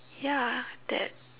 ya that